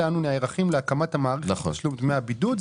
אנו נערכים להקמת מערכת תשלום דמי הבידוד".